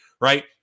Right